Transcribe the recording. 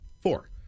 Four